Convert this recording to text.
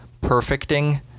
perfecting